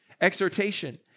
Exhortation